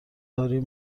داریم